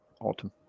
autumn